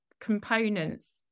components